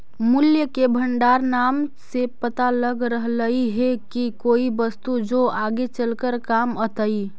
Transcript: मूल्य के भंडार नाम से पता लग रहलई हे की कोई वस्तु जो आगे चलकर काम अतई